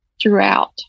throughout